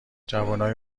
جوونای